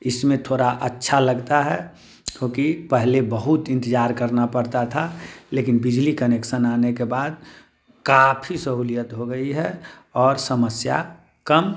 इसमें थोड़ा अच्छा लगता है क्योंकि पहले बहुत इंतजार करना पड़ता था लेकिन बिजली कनेक्सन आने के बाद काफ़ी सहुलियत हो गई है और समस्या कम